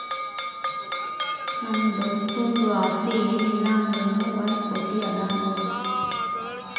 ನಮ್ದು ದೋಸ್ತುಂದು ಆಸ್ತಿ ಏನ್ ಇಲ್ಲ ಅಂದುರ್ನೂ ಒಂದ್ ಕೋಟಿ ಅದಾ ನೋಡ್